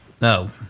No